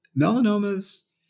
Melanomas